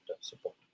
support